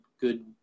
good